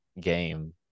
game